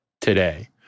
today